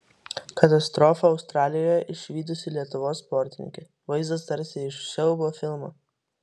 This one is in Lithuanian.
katastrofą australijoje išvydusi lietuvos sportininkė vaizdas tarsi iš siaubo filmo